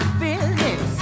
business